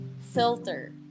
filter